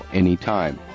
anytime